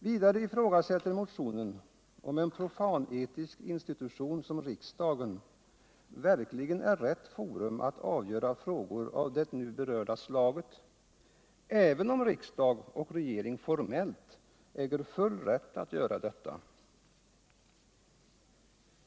Vidare ifrågasätter motionen om en profan-etisk institution som riksdagen verkligen är rätt forum att avgöra frågor av det nu berörda slaget — även om riksdag och regering formellt äger full rätt att göra detta.